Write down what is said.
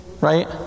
Right